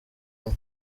imwe